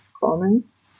comments